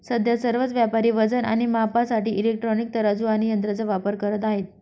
सध्या सर्वच व्यापारी वजन आणि मापासाठी इलेक्ट्रॉनिक तराजू आणि यंत्रांचा वापर करत आहेत